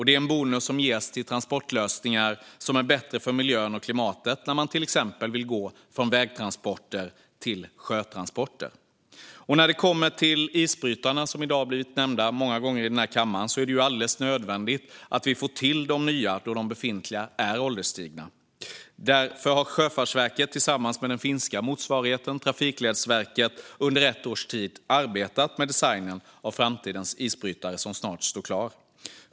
Det är en bonus som ges till transportlösningar som är bättre för miljön och klimatet när man till exempel vill gå från vägtransporter till sjötransporter. När det kommer till isbrytarna, som har nämnts många gånger i den här kammaren i dag, är det alldeles nödvändigt att vi får till de nya då de befintliga är ålderstigna. Därför har Sjöfartsverket tillsammans med den finska motsvarigheten Trafikledsverket under ett års tid arbetat med designen av framtidens isbrytare, som snart är klar.